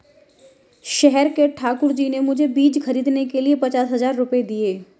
शहर के ठाकुर जी ने मुझे बीज खरीदने के लिए पचास हज़ार रूपये दिए